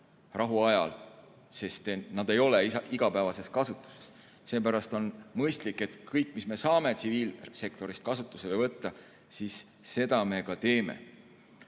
rahuajal. Need ei ole igapäevases kasutuses. Seepärast on mõistlik, et kõik, mis me saame tsiviilsektorist kasutusele võtta, me ka võtame.